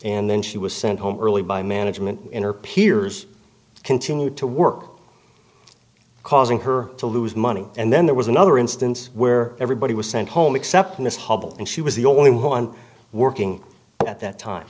and then she was sent home early by management in her peers continued to work causing her to lose money and then there was another instance where everybody was sent home except miss hubbell and she was the only one working at that time